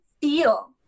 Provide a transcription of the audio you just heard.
feel